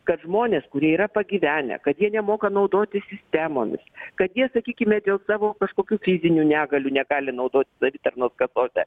kad žmonės kurie yra pagyvenę kad jie nemoka naudotis sistemomis kad jie sakykime dėl savo kažkokių fizinių negalių negali naudotis savitarnos kasose